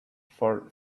for